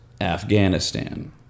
Afghanistan